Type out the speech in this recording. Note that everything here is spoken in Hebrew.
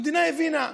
המדינה הבינה: